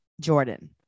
Jordan